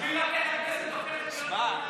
שמע,